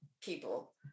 people